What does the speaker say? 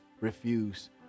refuse